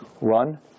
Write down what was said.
Run